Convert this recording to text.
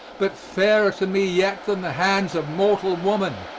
but fairer to me yet than the hands of mortal woman,